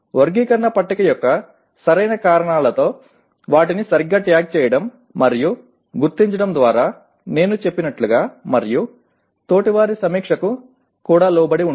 వర్గీకరణ పట్టిక యొక్క సరైన కణాలలో వాటిని సరిగ్గా ట్యాగ్ చేయడం మరియు గుర్తించడం ద్వారా నేను చెప్పినట్లుగా మరియు తోటివారి సమీక్షకు కూడా లోబడి ఉంటుంది